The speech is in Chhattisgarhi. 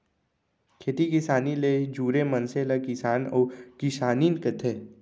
खेती किसानी ले जुरे मनसे ल किसान अउ किसानिन कथें